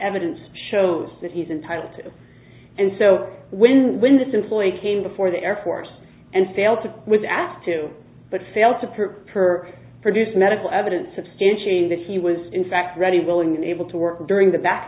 evidence shows that he's entitled to and so when when this employee came before the air force and failed to was asked to but failed to prove her produce medical evidence substantiate that he was in fact ready willing and able to work during the ba